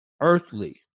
earthly